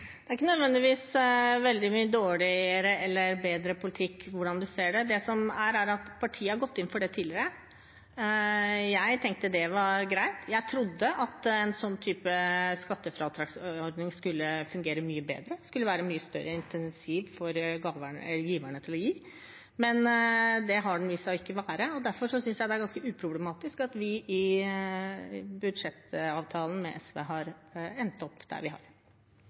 Det er ikke nødvendigvis veldig mye dårligere eller bedre politikk. Det kommer an på hvordan man ser på det. Det som er saken, er at partiet har gått inn for det tidligere. Jeg tenkte det var greit. Jeg trodde at en slik skattefradragsordning skulle fungere mye bedre og være et mye sterkere insentiv for giverne til å gi. Det har den vist seg ikke å være, og derfor synes jeg det er ganske uproblematisk at vi i budsjettavtalen med SV har endt opp der vi har